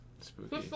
Spooky